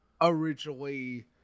Originally